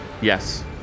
Yes